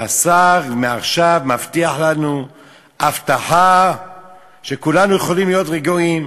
והשר מבטיח לנו הבטחה שמעכשיו כולנו יכולים להיות רגועים,